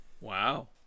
Wow